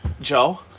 Joe